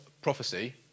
Prophecy